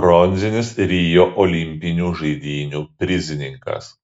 bronzinis rio olimpinių žaidynių prizininkas